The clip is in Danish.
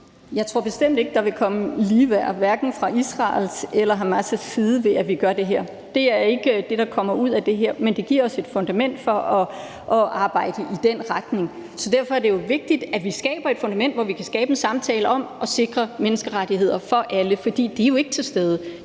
Jeg tror bestemt ikke, der vil komme ligeværd hverken fra Israels eller Hamas' side, ved at vi gør det her. Det er ikke det, der kommer ud af det her. Men det giver os et fundament for at arbejde i den retning. Så det er altså vigtigt, at vi skaber et fundament, hvor vi kan have en samtale om at sikre menneskerettigheder for alle, for det er jo ikke noget, der